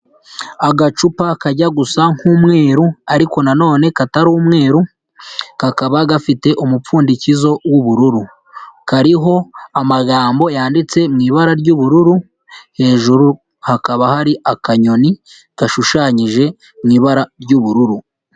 Agacupa kajya gusa nk'umweru, ariko na none katari umweru, kakaba gafite umupfundikizo w'ubururu. Kariho amagambo yanditse mu ibara ry'ubururu, hejuru hakaba hari akanyoni gashushanyije mu ibara ry'ubururu.